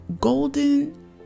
golden